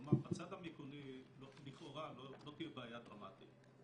כלומר, בצד המיכוני לכאורה לא תהיה בעיה דרמטית.